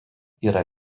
yra